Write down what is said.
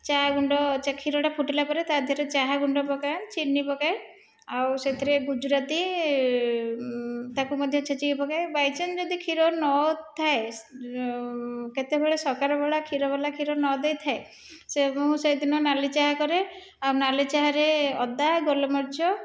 ଚାହା ଗୁଣ୍ଡ କ୍ଷୀରଟା ଫୁଟିଲା ପରେ ତା ଦେହରେ ଚାହା ଗୁଣ୍ଡ ପକାଏ ଚିନି ପକାଏ ଆଉ ସେଥିରେ ଗୁଜୁରାତି ତାକୁ ମଧ୍ୟ ଛେଚିକି ପକାଏ ବାଇଚାନ୍ସ ଯଦି କ୍ଷୀର ନଥାଏ କେତବେଳେ ସକାଳ ବେଳା କ୍ଷୀରବାଲା କ୍ଷୀର ନଦେଇଥାଏ ସେ ମୁଁ ସେହିଦିନ ନାଲି ଚାହା କରେ ଆଉ ନାଲି ଚାହାରେ ଅଦା ଗୋଲମରୀଚ